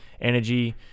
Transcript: energy